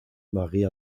marie